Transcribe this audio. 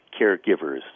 caregivers